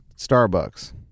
Starbucks